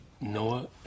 Noah